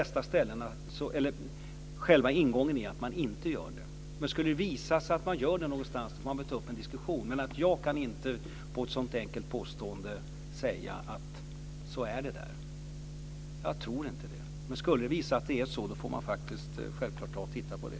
Själva ingången är att man inte gör det, men skulle det visa sig att man gör det någonstans får vi ta upp en diskussion. Jag kan alltså inte säga att det är så bara efter ett enkelt påstående, men om det skulle visa sig att det är så får vi självfallet titta på det.